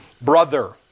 brother